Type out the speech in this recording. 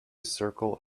circle